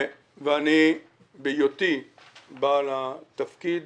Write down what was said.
שבהיותי בעל התפקיד